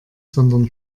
sondern